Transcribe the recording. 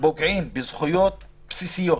שפוגעים בזכויות אדם בסיסיות.